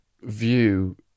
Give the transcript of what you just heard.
view